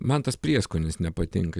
man tas prieskonis nepatinka